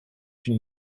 une